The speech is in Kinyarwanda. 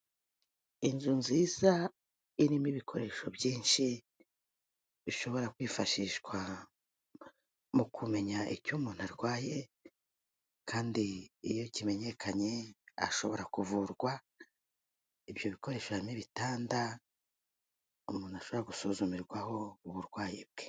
Inzu nziza irimo ibikoresho byinshi bishobora kwifashishwa mu kumenya icyo umuntu arwaye, kandi iyo kimenyekanye ashobora kuvurwa, ibyo bikoresho hari n'ibitanda umuntu ashobora gusuzumirwaho uburwayi bwe.